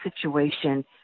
situation